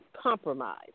compromise